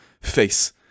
face